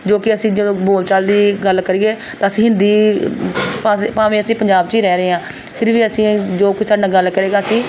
ਜੋ ਕਿ ਅਸੀਂ ਜਦੋਂ ਅਸੀਂ ਬੋਲ ਚਾਲ ਲਈ ਗੱਲ ਕਰੀਏ ਤਾਂ ਅਸੀਂ ਹਿੰਦੀ ਭ ਭਾਵੇਂ ਅਸੀਂ ਪੰਜਾਬ 'ਚ ਹੀ ਰਹਿ ਰਹੇ ਹਾਂ ਫਿਰ ਵੀ ਅਸੀਂ ਜੋ ਕੋਈ ਸਾਡੇ ਨਾਲ ਗੱਲ ਕਰੇਗਾ ਅਸੀਂ